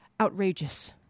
outrageous